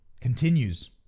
continues